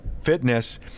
Fitness